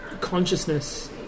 Consciousness